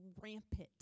rampant